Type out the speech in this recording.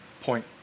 point